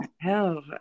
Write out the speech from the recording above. Hell